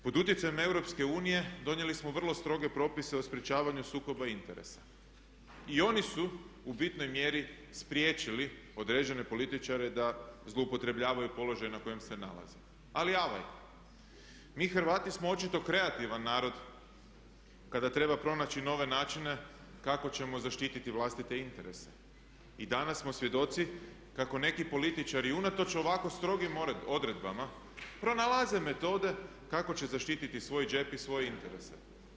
Pod utjecajem EU donijeli smo vrlo stroge propise o sprečavanju sukoba i oni su u bitnoj mjeri spriječili određene političare da zloupotrebljavaju položaje na kojem se nalaze ali evo, mi Hrvati smo očito kreativan narod kada treba pronaći nove načine kako ćemo zaštititi vlastite interese i danas smo svjedoci kako neki političari unatoč ovako strogim odredbama pronalaze metode kako će zaštiti svoj džep i svoje interese.